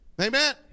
Amen